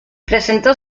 presentó